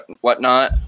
whatnot